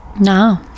No